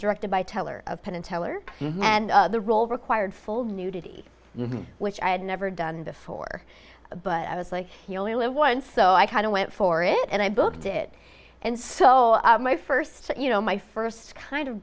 directed by teller of penn and teller and the role required full nudity which i had never done before but i was like you only live once so i kind of went for it and i booked it and so my first you know my first kind of